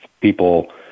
people